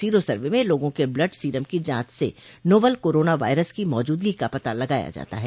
sero survey में लोगों के ब्लड सीरम की जांच से नोवल कोरोना वायरस की मौजूदगी का पता लगाया जाता है